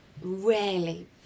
rarely